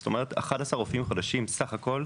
זאת אומרת 11 רופאים חדשים סך הכל.